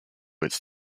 its